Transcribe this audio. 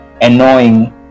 annoying